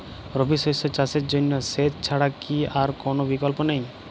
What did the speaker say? রবি শস্য চাষের জন্য সেচ ছাড়া কি আর কোন বিকল্প নেই?